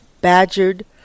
badgered